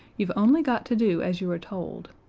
you've only got to do as you are told.